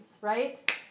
right